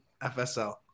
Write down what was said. FSL